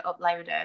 uploaded